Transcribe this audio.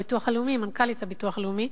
מנכ"לית הביטוח הלאומי,